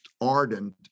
ardent